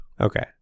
Okay